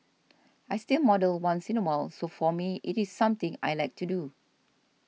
I still model once in a while so for me it is something I like to do